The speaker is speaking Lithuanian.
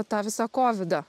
tą visą kovidą